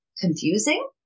confusing